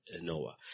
Noah